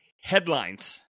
Headlines